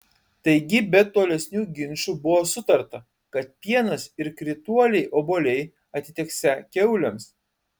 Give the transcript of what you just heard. taigi be tolesnių ginčų buvo sutarta kad pienas ir krituoliai obuoliai atiteksią kiaulėms